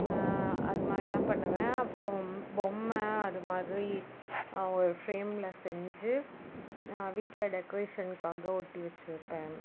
அது மாதிரிலாம் பண்ணுவேன் அப்புறோம் பொம்மை அது மாதிரி ஒரு ஃபிரேமில் செஞ்சு வீட்டில் டெக்ரேஷன்க்காக ஒட்டி வச்சுருப்பன்